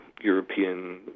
European